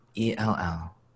ELL